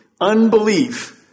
unbelief